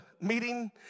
meeting